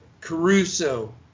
Caruso